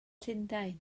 llundain